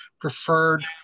preferred